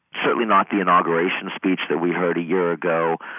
certainly not the inauguration speech that we heard a year ago,